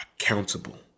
accountable